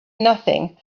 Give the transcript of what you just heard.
nothing